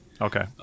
okay